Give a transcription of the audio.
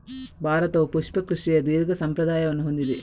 ಭಾರತವು ಪುಷ್ಪ ಕೃಷಿಯ ದೀರ್ಘ ಸಂಪ್ರದಾಯವನ್ನು ಹೊಂದಿದೆ